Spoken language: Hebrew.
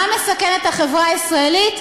מה מסכן את החברה הישראלית?